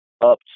up